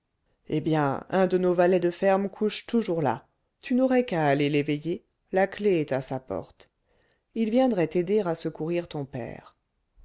eh bien un de nos valets de ferme couche toujours là tu n'aurais qu'à aller l'éveiller la clef est à sa porte il viendrait t'aider à secourir ton père